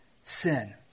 sin